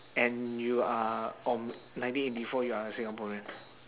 and you are on ninety eighty four you are a singaporean